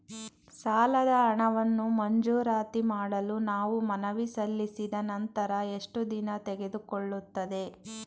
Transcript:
ಸಾಲದ ಹಣವನ್ನು ಮಂಜೂರಾತಿ ಮಾಡಲು ನಾವು ಮನವಿ ಸಲ್ಲಿಸಿದ ನಂತರ ಎಷ್ಟು ದಿನ ತೆಗೆದುಕೊಳ್ಳುತ್ತದೆ?